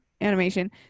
animation